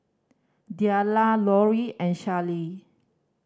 Dellia Lorri and Schley